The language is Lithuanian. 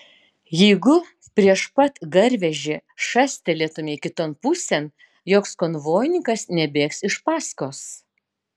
jeigu prieš pat garvežį šastelėtumei kiton pusėn joks konvojininkas nebėgs iš paskos